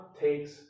takes